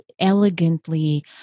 elegantly